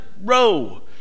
row